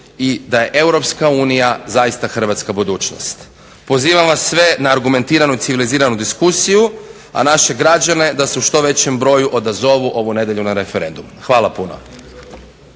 i da je EU zaista hrvatska budućnost. Pozivam vas sve na argumentiranu i civiliziranu diskusiju, a naše građane da se u što većem broju odazovu ovu nedjelju na referendum. Hvala puno.